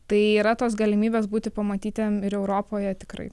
tai yra tos galimybės būti pamatytiem ir europoje tikrai